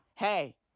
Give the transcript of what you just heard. hey